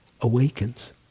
awakens